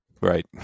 right